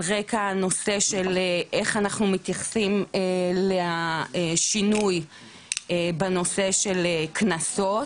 רקע הנושא של איך אנחנו מתייחסים לשינוי בנושא של קנסות